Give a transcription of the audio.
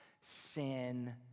sin